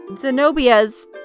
Zenobia's